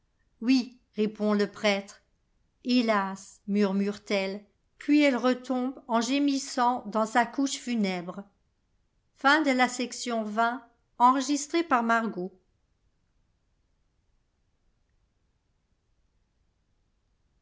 oui répond le prêtre hélas murmure t elle puis elle retombe en gcinissont dans sa couche funèbre